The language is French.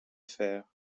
fer